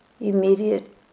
immediate